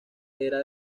era